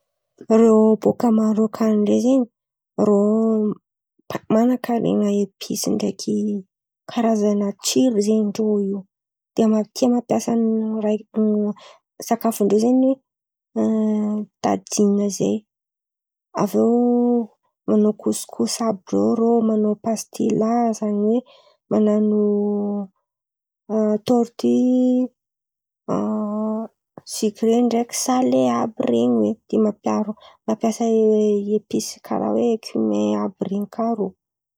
Rô bòka Maroka any ndray zen̈y, rô manan-karen̈a episy ndreky karazan̈a tsiro zen̈y rô io. De tia mampiasa raha sakafondrô zen̈y tajina zay. Aviô manao kosikosy àby reo rô, manao pastila zany oe manano torty sikre ndreky sale àby reny oe. De mampiava mampiasa episy karà oe kirain àby ren̈y kà rô.